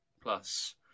plus